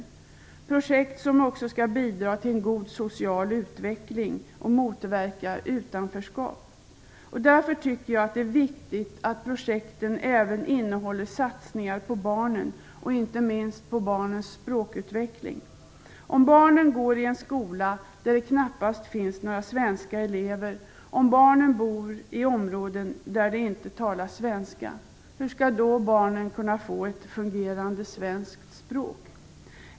Det är projekt som också skall bidra till en god social utveckling och motverka utanförskap. Därför tycker jag att det är viktigt att projekten även innehåller satsningar på barnen och inte minst på barnens språkutveckling. Om barnen går i en skola där det knappast finns några svenska elever och om barnen bor i områden där det inte talas svenska, hur skall då barnen få ett fungerande svenskt språk?